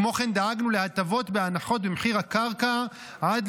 כמו כן, דאגנו להטבות בהנחות במחיר הקרקע עד